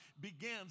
begins